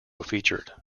featured